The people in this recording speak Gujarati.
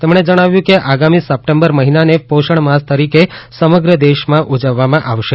તેમણે જણાવ્યું કે આગામી સપ્ટેમ્બર મહિનાને પોષણમાસ તરીકે સમગ્ર દેશમાં ઉજવવામાં આવશે